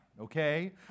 okay